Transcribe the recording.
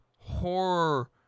horror